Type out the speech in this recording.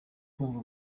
kumva